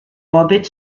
orbit